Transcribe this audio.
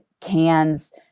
cans